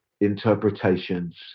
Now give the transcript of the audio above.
interpretations